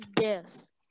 Yes